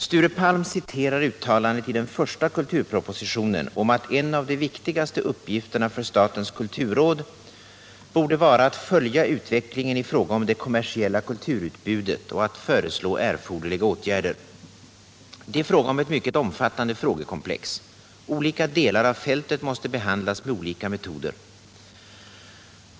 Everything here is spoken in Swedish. Sture Palm citerar uttalandet i den första kulturpropositionen om att en av de viktigaste uppgifterna för statens kulturråd borde vara att följa utvecklingen i fråga om det kommersiella kulturutbudet och att föreslå erforderliga åtgärder. Det är fråga om ett mycket omfattande frågekomplex. Olika delar av fältet måste behandlas med olika metoder.